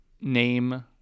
name